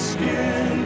Skin